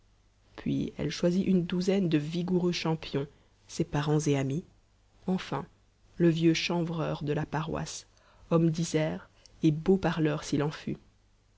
puis elle choisit une douzaine de vigoureux champions ses parents et amis enfin le vieux chanvreur de la paroisse homme disert et beau parleur s'il